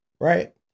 Right